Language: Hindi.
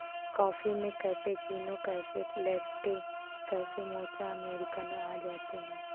कॉफ़ी में cappuccino, cafe latte, cafe mocha, अमेरिकनों आदि आते है